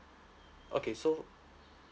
okay so